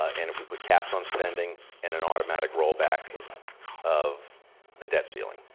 ah and if we put caps on spending and an automatic rollback of the debt ceiling.